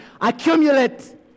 accumulate